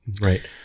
Right